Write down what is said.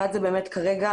אחת זה באמת כרגע